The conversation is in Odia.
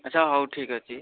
ଆଚ୍ଛା ହଉ ଠିକ୍ ଅଛି